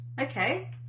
Okay